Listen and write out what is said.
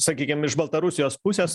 sakykim iš baltarusijos pusės